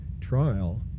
trial